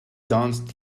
danced